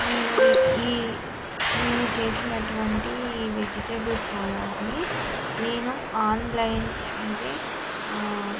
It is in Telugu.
నేను ఈ నేను చేసినటువంటి ఈ వెజిటేబుల్ సలాడ్ని నేను ఆన్లైన్ అంటే